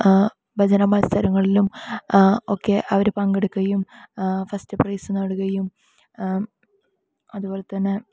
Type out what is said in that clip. ഭജന മത്സരങ്ങളിലും ഒക്കെ അവർ പങ്കെടുക്കുകയും ഫസ്റ്റ് പ്രൈസ് നേടുകയും അതുപോലെതന്നെ